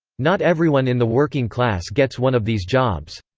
not everyone in the working class gets one of these jobs.